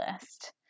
list